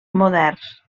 moderns